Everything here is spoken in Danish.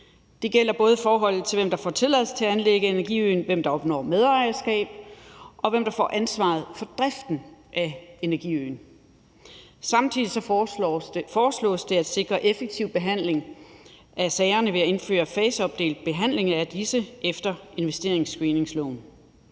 Det gælder både, i forhold til hvem der får tilladelse til at anlægge energiøen, hvem der opnår medejerskab, og hvem der får ansvaret for driften af energiøen. Samtidig foreslås det at sikre effektiv behandling af sagerne ved at indføre faseopdelt behandling af disse efter investeringsscreeningsloven.